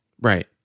Right